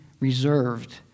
reserved